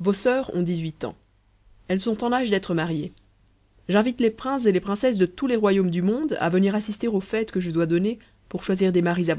vos soeurs ont dix-huit ans elles sont en âge d'être mariées j'invite les princes et les princesses de tous les royaumes du monde à venir assister aux fêtes que je dois donner pour choisir des maris à